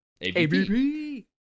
abp